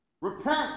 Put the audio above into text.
repent